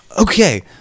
okay